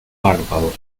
párpados